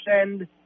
send